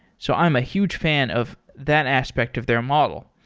so i'm a huge fan of that aspect of their model.